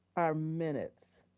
our minutes.